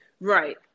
right